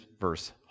verse